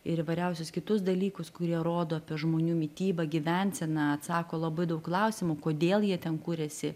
ir įvairiausius kitus dalykus kurie rodo apie žmonių mitybą gyvenseną atsako į labai daug klausimų kodėl jie ten kūrėsi